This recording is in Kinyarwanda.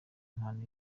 impano